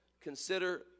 Consider